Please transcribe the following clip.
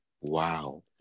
Wow